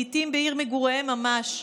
לעיתים בעיר מגוריהן ממש.